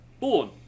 Born